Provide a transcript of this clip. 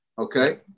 Okay